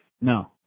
No